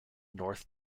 north